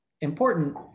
important